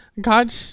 God